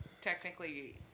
technically